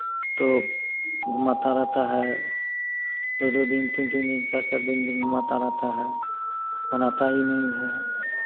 तो घुमाता रहता है दो दो दिन तीन तीन दिन चार चार दिन घुमाता रहता है बनाता ही नहीं है